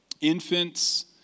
Infants